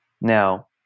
Now